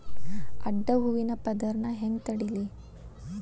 ಅಡ್ಡ ಹೂವಿನ ಪದರ್ ನಾ ಹೆಂಗ್ ತಡಿಲಿ?